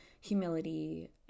humility